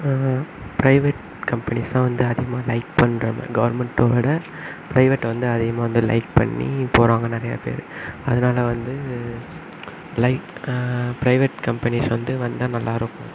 private companies தான் வந்து அதிகமாக லைக் பண்ற மாதிரி கவர்மெண்ட்டோடய பிரைவேட்டை வந்து அதிகமாக வந்து லைக் பண்ணி போகிறாங்க நிறையா பேரு அதனால வந்து லைக் பிரைவேட் கம்பெனிஸ் வந்து வந்தால் நல்லாயிருக்கும்